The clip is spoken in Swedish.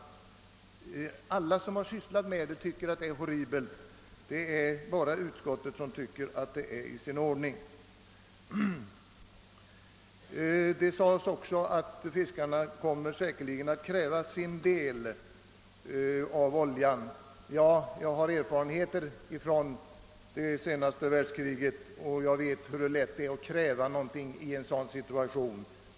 Alla som sysslat med detta tycker det är horribelt — bara utskottet anser att det är i sin ordning. Här sades också att fiskarna säkerligen kommer att kräva sin del av oljan. Ja, jag har erfarenheter från det senaste världskriget och vet hur lätt det är att kräva någonting i en sådan situation.